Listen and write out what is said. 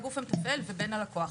הגוף המתפעל ובין הלקוח.